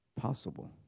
possible